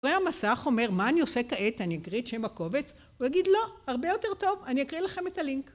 רואה המסך אומר מה אני עושה כעת אני אקריא את שם הקובץ, הוא יגיד לא הרבה יותר טוב אני אקריא לכם את הלינק